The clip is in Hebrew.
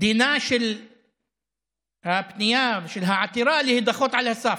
דינה של הפנייה, של העתירה, להידחות על הסף.